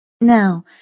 Now